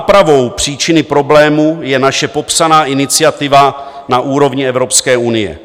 Nápravou příčiny problémů je naše popsaná iniciativa na úrovni Evropské unie.